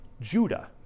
Judah